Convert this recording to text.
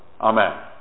Amen